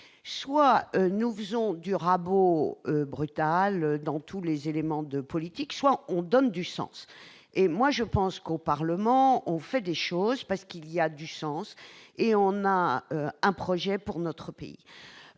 donnons un coup de rabot brutal dans tous les éléments de politique, soit nous donnons du sens ! Au Parlement, on fait des choses parce qu'il y a du sens, et on a un projet pour notre pays.